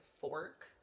fork